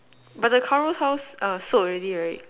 but the current house are sold already right